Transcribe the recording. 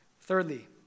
Thirdly